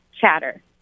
chatter